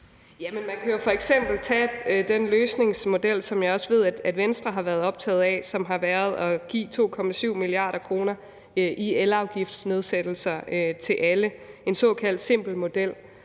man kan f.eks. tage den løsningsmodel, som jeg også ved at Venstre har været optaget af, som har været at give 2,7 mia. kr. i elafgiftsnedsættelser til alle, en såkaldt simpel model.